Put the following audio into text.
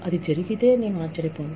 అది జరిగితే నేను ఆశ్చర్యపోను